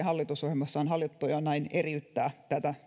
hallitusohjelmassa on haluttu jo näin eriyttää tätä